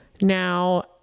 Now